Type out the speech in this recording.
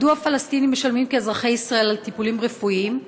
1. מדוע הפלסטינים משלמים כאזרחי ישראל על טיפולים רפואיים?